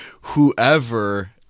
whoever